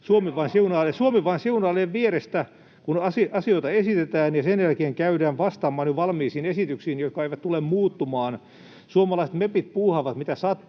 Suomi vain siunailee vierestä, kun asioita esitetään, ja sen jälkeen käydään vastaamaan jo valmiisiin esityksiin, jotka eivät tule muuttumaan. Suomalaiset mepit puuhaavat mitä sattuu,